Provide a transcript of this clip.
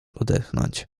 odetchnąć